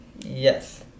Yes